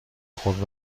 خود